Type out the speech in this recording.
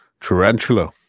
tarantula